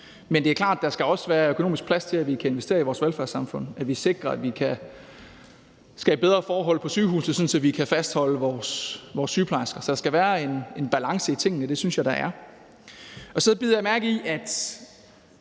Men det er klart, at der også skal være økonomisk plads til, at vi kan investere i vores velfærdssamfund, altså at vi sikrer, at vi kan skabe bedre forhold på sygehusene, sådan at vi kan fastholde vores sygeplejersker. Så der skal være en balance i tingene, og det synes jeg der er. Så bider jeg mærke i, at